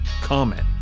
comment